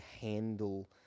handle